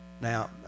now